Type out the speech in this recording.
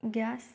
gas